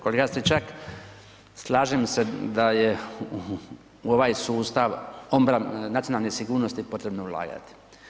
Kolega Stričak, slažem se da je u ovaj sustav nacionalne sigurnosti potrebno ulagati.